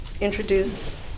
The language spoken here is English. introduce